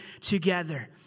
together